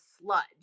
sludge